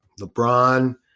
LeBron